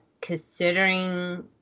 considering